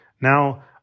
Now